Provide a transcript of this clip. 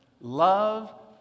Love